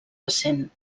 recent